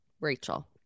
Rachel